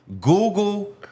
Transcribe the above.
Google